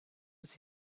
was